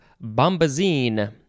bombazine